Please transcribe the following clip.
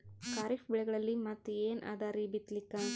ಖರೀಫ್ ಬೆಳೆಗಳಲ್ಲಿ ಮತ್ ಏನ್ ಅದರೀ ಬಿತ್ತಲಿಕ್?